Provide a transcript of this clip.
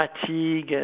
fatigue